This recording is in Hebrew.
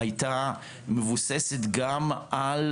הייתה מבוססת גם על